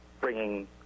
bringing